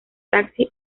taxi